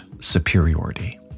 superiority